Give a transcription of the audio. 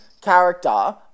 character